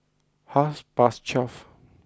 half past twelve